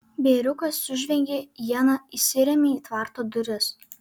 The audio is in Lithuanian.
bėriukas sužvengė iena įsirėmė į tvarto duris